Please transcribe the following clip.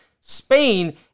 Spain